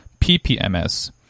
PPMS